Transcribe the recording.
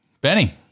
Benny